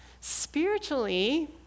spiritually